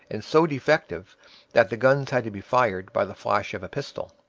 and so defective that the guns had to be fired by the flash of a pistol.